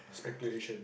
speculation